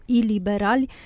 iliberali